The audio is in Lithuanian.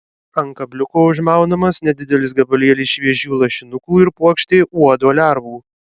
ant kabliuko užmaunamas nedidelis gabalėlis šviežių lašinukų ir puokštė uodo lervų